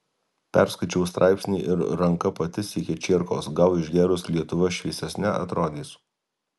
perskaičiau straipsnį ir ranka pati siekia čierkos gal išgėrus lietuva šviesesne atrodys